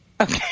Okay